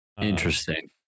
Interesting